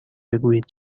بگویید